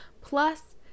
plus